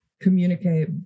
Communicate